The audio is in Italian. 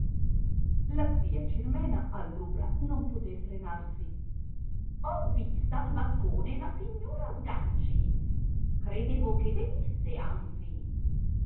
la zia cirmena allora non potè frenarsi ho vista al balcone la cugina sganci credevo che venisse anzi